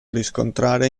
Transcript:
riscontrare